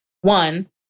one